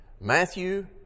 Matthew